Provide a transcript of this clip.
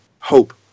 hope